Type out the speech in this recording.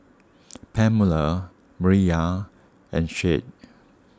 Pamela Mireya and Shade